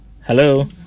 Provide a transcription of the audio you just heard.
Hello